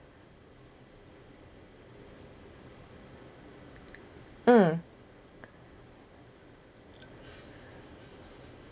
mm